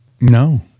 No